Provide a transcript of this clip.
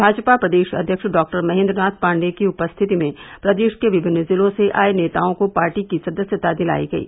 भाजपा प्रदेश अध्यक्ष डॉक्टर महेन्द्रनाथ पांडेय की उपस्थिति में प्रदेश के विभिन्न जिलों से आये नेताओं को पार्टी की सदस्यता दिलाई गयी